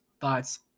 thoughts